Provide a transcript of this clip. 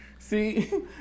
See